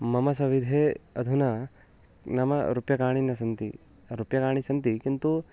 मम सविधे अधुना नाम रूप्यकाणि न सन्ति रूप्यकाणि सन्ति किन्तु